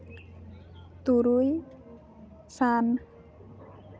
ᱛᱩᱨᱩᱭ ᱥᱟᱱ